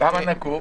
כמה נקוב?